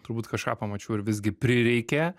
turbūt kažką pamačiau ir visgi prireikė